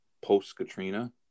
post-Katrina